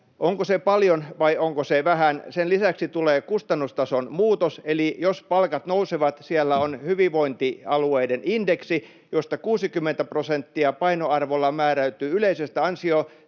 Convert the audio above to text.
Onko se paljon vai onko se vähän? Sen lisäksi tulee kustannustason muutos, eli jos palkat nousevat, siellä on hyvinvointialueiden indeksi, josta 60 prosenttia painoarvolla määräytyy yleisestä